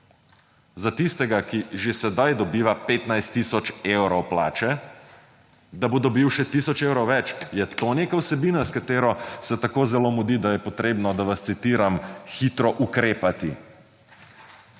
Za tistega, ki že sedaj dobiva 15 tisoč evrov plače, da bo dobil še tisoč evrov več. Je to neka vsebina, s katero se tako zelo mudi, da je potrebno, da vas citiram, »hitro ukrepati.«